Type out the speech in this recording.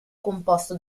composto